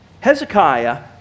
Hezekiah